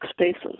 spaces